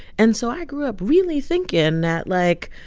and so i grew up really thinking that like,